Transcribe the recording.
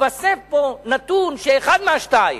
התווסף פה נתון, שאחת מן השתיים: